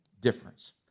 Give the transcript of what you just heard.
difference